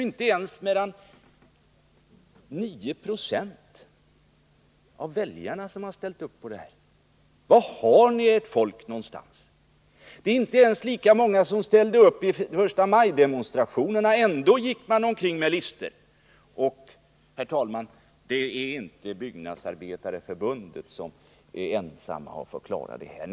Inte ens 9 26 av väljarna ställde upp på detta. Var har ni ert folk? Man kom inte upp till det antal som ställde upp på förstamajdemonstrationerna, och ändå hade man gått omkring med listor. Herr talman! Det är inte Byggnadsarbetareförbundet som ensamt har fått klara denna sak.